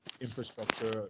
infrastructure